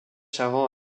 servant